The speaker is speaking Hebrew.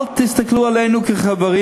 אל תסתכלו עלינו כחברים.